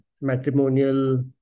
matrimonial